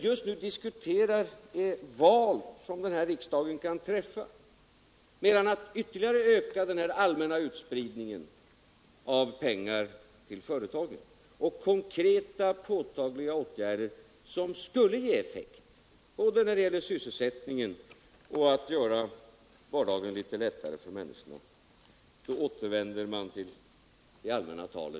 Just nu diskuterar vi det val som denna riksdag kan träffa mellan att ytterligare öka den allmänna utspridningen av pengar till företagen och konkreta, påtagliga åtgärder som skulle ge effekt både när det gäller sysselsättningen och när det gäller att göra vardagen litet lättare för människorna. Då återvänder man till detta allmänna tal.